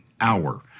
hour